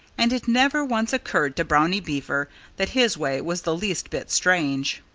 and it never once occurred to brownie beaver that his way was the least bit strange.